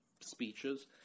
speeches